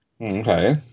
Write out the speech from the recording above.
Okay